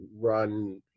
run